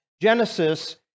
Genesis